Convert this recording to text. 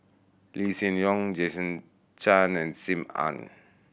Lee Hsien Loong Jason Chan and Sim Ann